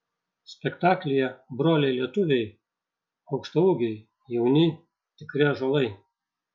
spektaklyje broliai lietuviai aukštaūgiai jauni tikri ąžuolai